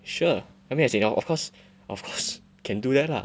sure I mean as in of course of course can do that lah